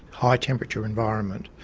high-temperature environment.